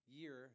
year